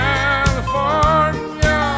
California